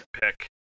pick